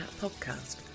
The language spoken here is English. podcast